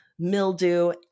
Mildew